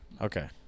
Okay